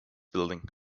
building